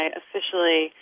officially